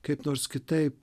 kaip nors kitaip